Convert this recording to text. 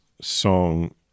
song